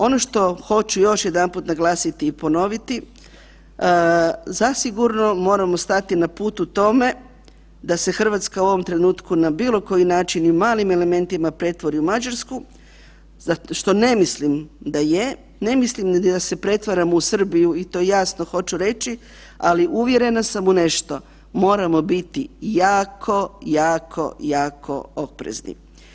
Ono što hoću još jedanput naglasiti i ponoviti, zasigurno moramo stati na putu tome da se Hrvatska u ovome trenutku na bilo koji način i malim elementima pretvori u Mađarsku što ne mislim da je, ne mislim ni da se pretvaramo u Srbiju i to jasno hoću reći, ali uvjerena sam u nešto, moramo biti jako, jako, jako oprezni.